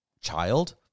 child